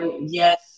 yes